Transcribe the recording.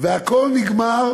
והכול נגמר